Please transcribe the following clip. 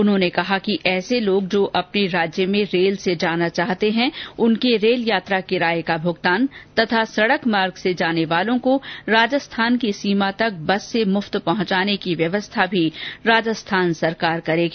उन्होंने कहा कि ऐसे लोग जो अपने राज्य में रेल जाना चाहते है उनके रेल यात्रा किराये का भुगतान तथा सड़क मार्ग से जाने वालों को राजस्थान की सीमा तक बस से मुफ्त पहुंचाने की व्यवस्था भी राजस्थान सरकार करेगी